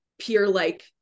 peer-like